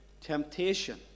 temptation